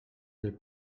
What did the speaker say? del